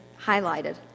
highlighted